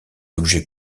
objets